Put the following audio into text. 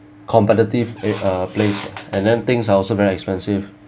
competitive a uh place and then things are also very expensive